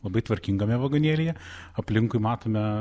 labai tvarkingame vagonėlyje aplinkui matome